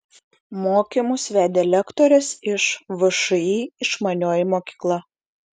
mokymus vedė lektorės iš všį išmanioji mokykla